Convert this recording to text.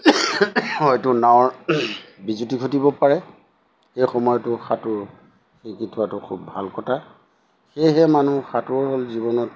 হয়তো নাৱৰ বিজুতি ঘটিব পাৰে সেই সময়তো সাঁতোৰ শিকি থোৱাটো খুব ভাল কথা সেয়েহে মানুহ সাঁতোৰ হ'ল জীৱনত